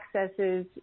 accesses